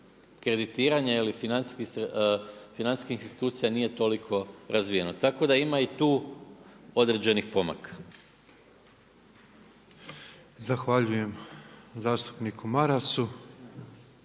kreditiranje ili financijskih institucija nije toliko razvijeno. Tako da ima i tu određenih pomaka. **Petrov, Božo (MOST)** Zahvaljujem zastupniku Marasu.